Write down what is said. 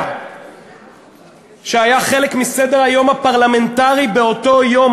שהיה חלק מסדר-היום הפרלמנטרי באותו יום,